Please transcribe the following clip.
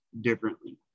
differently